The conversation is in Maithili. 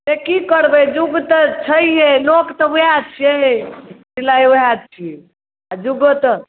से की करबै युग तऽ छैहे लोक तऽ ओएह छै सिलाइ ओएह छियै आ युगो तऽ